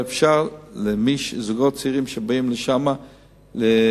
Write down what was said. לאפשר לזוגות צעירים שבאים לשם להתפרנס